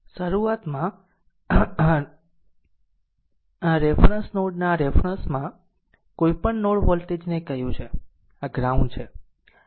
શરૂઆતમાં આ reference node ના રેફરન્સ માં કોઈપણ નોડ વોલ્ટેજ ને કહ્યું છે આ ગ્રાઉન્ડ છે